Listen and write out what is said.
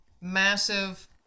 massive